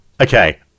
Okay